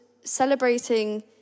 celebrating